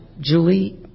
Julie